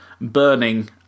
Burning